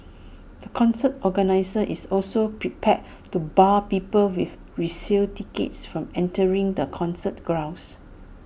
the concert organiser is also prepared to bar people with resale tickets from entering the concert grounds